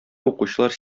укучылар